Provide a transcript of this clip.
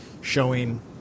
showing